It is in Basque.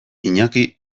iñaki